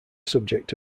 subject